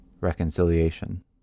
reconciliation